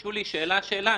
תרשו לי שאלה שאלה,